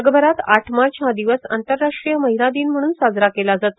जगभरात आठ मार्च हा दिवस आंतरराष्ट्रीय महिला दिन म्हणून साजरा केला जातो